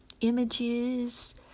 images